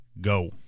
go